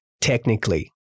technically